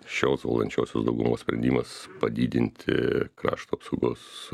šios valdančiosios daugumos sprendimas padidinti krašto apsaugos